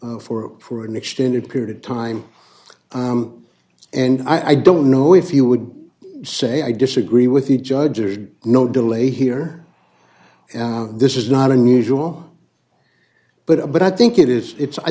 number four for an extended period of time and i don't know if you would say i disagree with the judge or no delay here this is not unusual but a but i think it is it's i